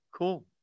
Cool